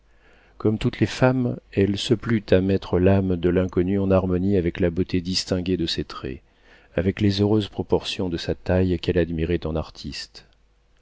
comme toutes les femmes elle se plut à mettre l'âme de l'inconnu en harmonie avec la beauté distinguée de ses traits avec les heureuses proportions de sa taille qu'elle admirait en artiste